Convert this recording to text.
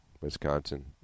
Wisconsin